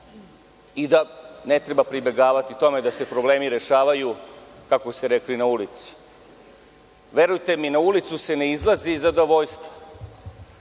i da ne treba pribegavati tome da se problemi rešavaju, kako ste rekli na ulici. Verujte mi na ulicu se ne izlazi iz zadovoljstva.